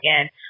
again